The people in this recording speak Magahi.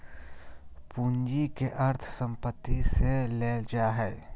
पूंजी के अर्थ संपत्ति से लेल जा हइ